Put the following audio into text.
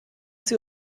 sie